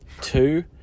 Two